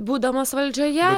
būdamas valdžioje